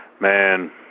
Man